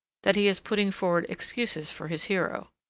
that he is putting forward excuses for his hero.